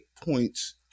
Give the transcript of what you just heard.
points